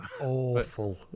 awful